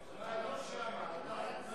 כיוון שהממשלה לא מקשיבה,